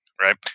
right